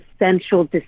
essential